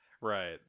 right